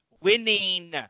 winning